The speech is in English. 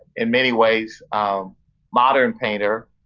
in many ways um modern painter,